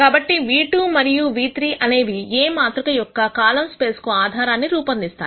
కాబట్టి v2 మరియు v3 అనేవి A మాతృక యొక్క ఈ కాలమ్ స్పేస్ కు ఆధారాన్ని రూపొందిస్తాయి